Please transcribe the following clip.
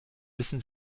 wissen